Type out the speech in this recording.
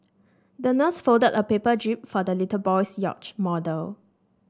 the nurse folded a paper jib for the little boy's yacht model